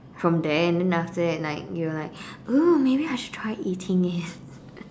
from there and then after that like you are like maybe !woo! maybe I should try eating it